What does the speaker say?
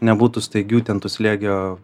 nebūtų staigių ten tų slėgio